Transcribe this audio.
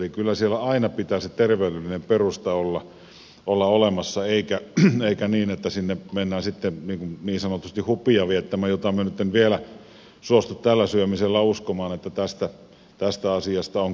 eli kyllä siellä aina pitää olla olemassa se terveydellinen perusta eikä niin että sinne mennään sitten niin sanotusti hupia viettämään ja minä nyt en suostu vielä tällä syömisellä uskomaan että tästä asiasta on kysymys